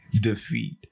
defeat